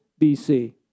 BC